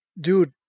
dude